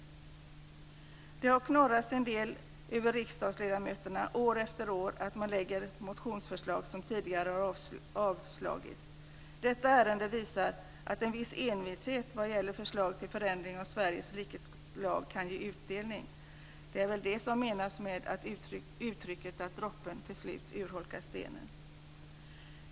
År efter år har det knorrats en del över att riksdagsledamöterna lägger fram motionsförslag som tidigare avslagits. Detta ärende visar att en viss envishet vad gäller förslag till förändring av Sveriges rikes lag kan ge utdelning. Det är väl det som menas med uttrycket att droppen till slut urholkar stenen.